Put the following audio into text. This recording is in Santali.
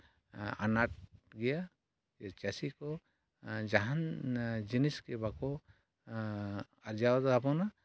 ᱟᱱᱟᱴ ᱜᱮᱭᱟ ᱪᱟᱹᱥᱤ ᱠᱚ ᱡᱟᱦᱟᱸᱱ ᱡᱤᱱᱤᱥ ᱜᱮ ᱵᱟᱠᱚ ᱟᱨᱡᱟᱣ ᱛᱟᱵᱚᱱᱟ